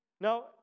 Now